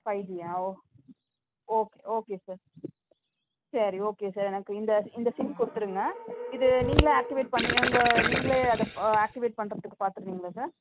ஃபைஜியா ஓ okay okay sir சரி okay sir எனக்கு இந்த இந்த சிம் கொடுத்துருங்க இது நீங்களே ஆக்ட்டிவேட் பண்ணி உங்கள் நீங்களே அதை ஆக்ட்டிவேட் பண்ணுறத்துக்கு பார்த்துக்குறீங்களா சார்